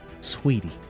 sweetie